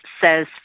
says